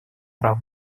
права